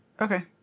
okay